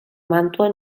màntua